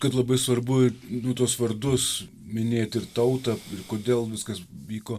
kad labai svarbu ir nu tuos vardus minėti ir tautą ir kodėl viskas vyko